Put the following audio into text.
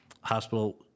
hospital